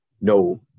no